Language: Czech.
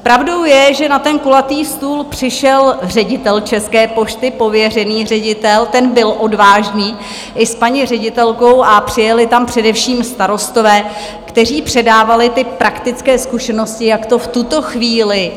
Pravdou je, že na ten kulatý stůl přišel ředitel České pošty, pověřený ředitel, ten byl odvážný, i s paní ředitelkou, a přijeli tam především starostové, kteří předávali ty praktické zkušenosti, jak to v tuto chvíli...